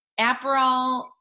Aperol